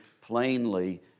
plainly